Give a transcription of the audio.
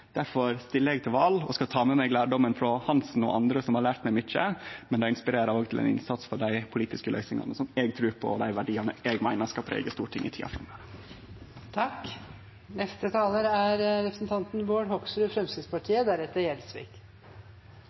stiller eg til val og skal ta med meg lærdomen frå Svein Roald Hansen og andre som har lært meg mykje, men det inspirerer òg til innsats for dei politiske løysingane eg trur på, og dei verdiane eg meiner skal prege Stortinget i tida framover. Noen har sagt at nå er